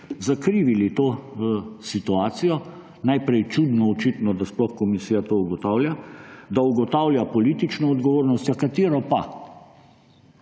zakrivili to situacijo. Najprej je očitno čudno, da sploh komisija to ugotavlja, da ugotavlja politično odgovornost. Ja, katero pa?